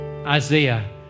Isaiah